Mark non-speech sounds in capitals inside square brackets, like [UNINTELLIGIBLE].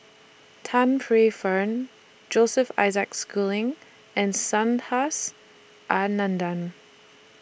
Tan Paey Fern Joseph Isaac Schooling and [UNINTELLIGIBLE] Anandan